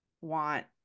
want